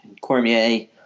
Cormier